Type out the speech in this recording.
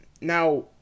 now